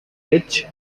which